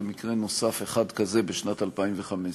ומקרה נוסף אחד כזה בשנת 2015,